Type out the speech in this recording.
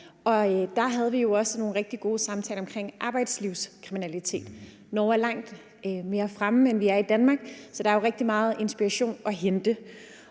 og der havde vi også nogle rigtig gode samtaler omkring arbejdslivskriminalitet. Norge er langt mere fremme, end vi er i Danmark, så der er rigtig meget inspiration at hente.